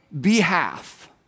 behalf